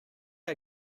are